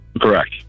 correct